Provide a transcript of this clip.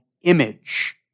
image